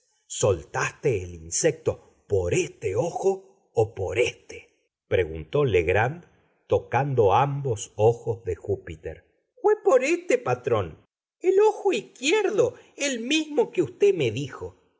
soltaste el insecto por este ojo o por éste preguntó legrand tocando ambos ojos de júpiter jué por ete ojo patrón el ojo isquierdo el mimo que uté me dijo